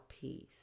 peace